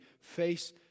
face